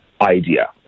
idea